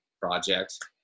project